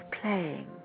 playing